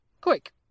quick